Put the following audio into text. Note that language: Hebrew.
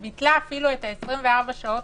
היא ביטלה אפילו את 24 השעות